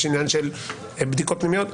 יש עניין של בדיקות פנימיות.